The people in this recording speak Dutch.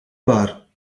bar